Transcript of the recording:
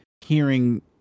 hearing